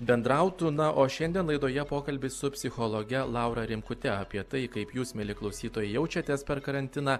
bendrautų na o šiandien laidoje pokalbis su psichologe laura rimkute apie tai kaip jūs mieli klausytojai jaučiatės per karantiną